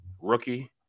rookie